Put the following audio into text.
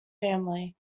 family